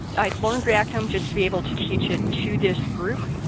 i learned reactdom just to be able to teach it to this group.